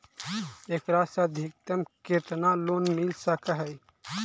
एकरा से अधिकतम केतना लोन मिल सक हइ?